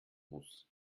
muss